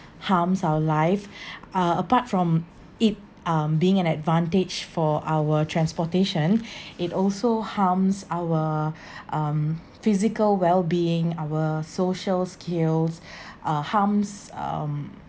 harms our life uh apart from it um being an advantage for our transportation it also harms our um physical wellbeing our social skills uh harms um